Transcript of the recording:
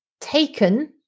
taken